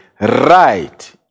right